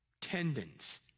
tendons